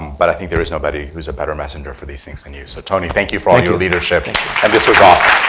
but i think there is nobody who is a better messenger for these things than you. so tony, thank you for all your leadership, and this was awesome.